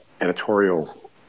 editorial